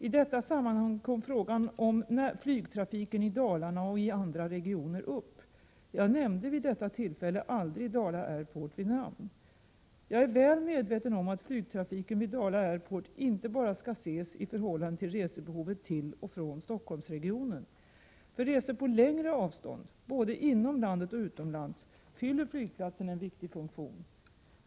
I detta sammanhang kom frågan om flygtrafiken i Dalarna och i andra regioner upp. Jag nämnde vid detta tillfälle aldrig Dala Airport vid namn. Jag är väl medveten om att flygtrafiken vid Dala Airport inte bara skall ses i förhållande till resebehovet till och från Stockholmsregionen. För resor på längre avstånd — både inom landet och utomlands — fyller flygplatsen en viktig funktion.